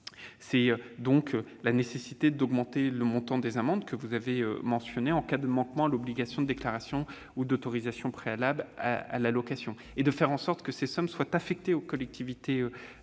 est nécessaire d'augmenter le montant des amendes en cas de manquement à l'obligation de déclaration ou d'autorisation préalable à la location et de faire en sorte que ces sommes soient affectées aux collectivités locales,